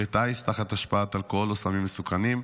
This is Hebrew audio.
טיס תחת השפעת אלכוהול או סמים מסוכנים.